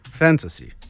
fantasy